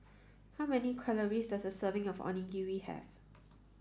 how many calories does a serving of Onigiri have